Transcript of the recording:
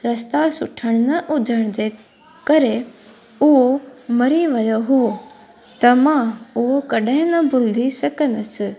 रस्ता सुठा न हुजण जे करे उहो मरी वियो हुओ त मां उहो कॾहिं न भुलिजी सघंदसि